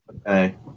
Okay